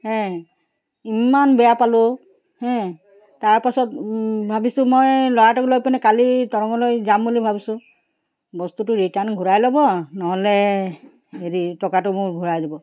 হে ইমান বেয়া পালোঁ হে তাৰপাছত ভাবিছোঁ মই ল'ৰাটোক লৈ পিনে কালি তৰঙলৈ যাম বুলি ভাবিছোঁ বস্তুটো ৰিটাৰ্ণ ঘূৰাই ল'ব নহ'লে হেৰি টকাটো মোৰ ঘূৰাই দিব